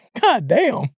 goddamn